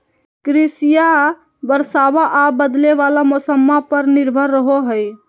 कृषिया बरसाबा आ बदले वाला मौसम्मा पर निर्भर रहो हई